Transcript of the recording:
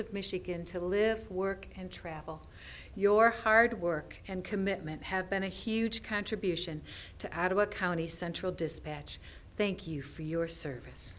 of michigan to live work and travel your hard work and commitment have been a huge contribution to add about county central dispatch thank you for your service